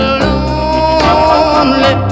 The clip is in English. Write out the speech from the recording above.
lonely